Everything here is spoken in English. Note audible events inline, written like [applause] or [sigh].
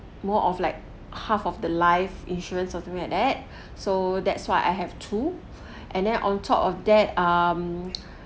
more of like half of the life insurance or something like that [breath] so that's why I have two [breath] and then on top of that um